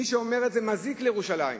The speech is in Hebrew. מי שאומר את זה מזיק לירושלים,